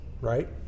right